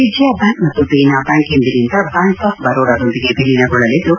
Vijaya bank ಮತ್ತು Dena bank ಇಂದಿನಿಂದ bank of ಬರೋಡಾದೊಂದಿಗೆ ವಿಲೀನಗೊಳ್ಳಲಿದ್ದು